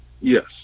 yes